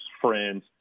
friends